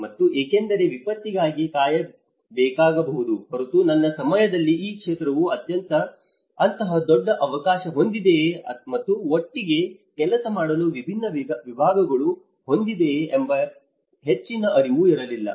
ಮತ್ತು ಏಕೆಂದರೆ ವಿಪತ್ತಿಗಾಗಿ ಕಾಯಬೇಕಾಗಬಹುದು ಹೊರತು ನನ್ನ ಸಮಯದಲ್ಲಿ ಈ ಕ್ಷೇತ್ರವು ಅಂತಹ ದೊಡ್ಡ ಅವಕಾಶ ಹೊಂದಿದೆಯೇ ಮತ್ತು ಒಟ್ಟಿಗೆ ಕೆಲಸ ಮಾಡಲು ವಿಭಿನ್ನ ವಿಭಾಗಗಳನ್ನು ಹೊಂದಿದೆಯೇ ಎಂಬ ಹೆಚ್ಚಿನ ಅರಿವು ಇರಲಿಲ್ಲ